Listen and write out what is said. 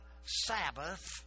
Sabbath